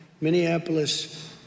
Minneapolis